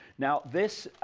now this